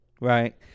right